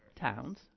towns